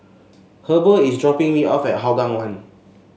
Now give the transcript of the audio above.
Heber is dropping me off at Hougang One